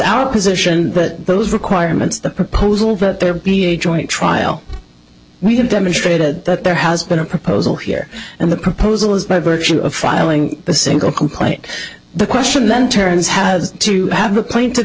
our position that those requirements the proposal that there be a joint trial we have demonstrated that there has been a proposal here and the proposal is by virtue of filing the single complaint the question then turns has to have a claim to